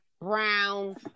brown